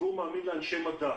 הציבור מאמין לאנשי מדע.